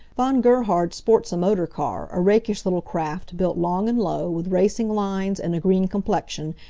von gerhard sports a motor-car, a rakish little craft, built long and low, with racing lines, and a green complexion,